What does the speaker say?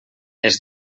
els